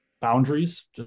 boundaries